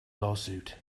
lawsuit